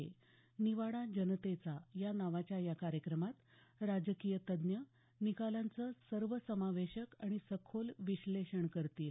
निवाडा जनतेचा या नावाच्या या कार्यक्रमात राजकीय तज्ञ निकालांचं सर्व समावेशक आणि सखोल विश्लेषण करतील